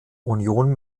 union